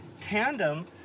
tandem